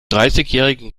dreißigjährigen